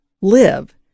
live